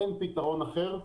אין פתרון אחר.